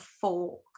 fork